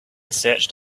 searched